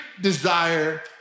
desire